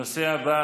הנושא הבא,